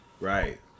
right